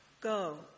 go